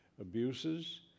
abuses